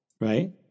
right